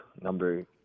number